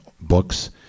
books